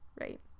right